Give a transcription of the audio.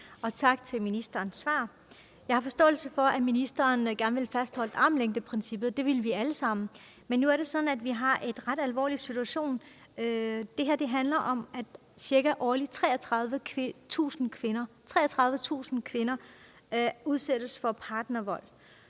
tak for ministerens svar. Jeg har forståelse for, at ministeren gerne vil fastholde armslængdeprincippet – det vil vi alle sammen – men nu er det sådan, at vi har en ret alvorlig situation. Det her handler om ca. 33.000 kvinder, der årligt udsættes for partnervold.